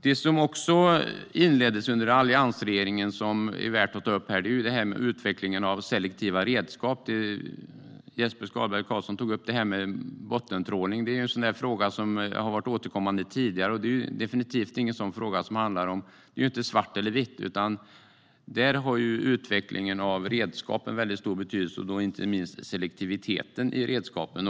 Det som också inleddes under alliansregeringen och som är värt att ta upp här är utvecklingen av selektiva redskap. Jesper Skalberg Karlsson tog upp bottentrålning. Det är en fråga som har varit återkommande sedan tidigare. Här är det inte svart eller vitt som gäller, utan utvecklingen av redskap har en väldigt stor betydelse, inte minst i fråga om selektiviteten i redskapen.